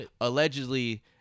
Allegedly